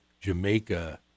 Jamaica